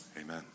Amen